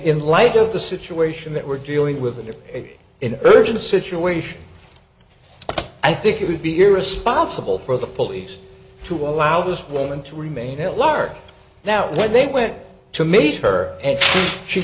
in light of the situation that we're dealing with you're in urgent situation i think it would be irresponsible for the police to allow this woman to remain at large now when they went to meet her and she